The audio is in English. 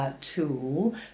tool